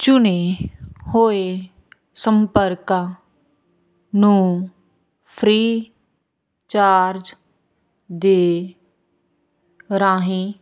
ਚੁਣੇ ਹੋਏ ਸੰਪਰਕਾਂ ਨੂੰ ਫ੍ਰੀਚਾਰਜ ਦੇ ਰਾਹੀਂ